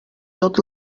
tot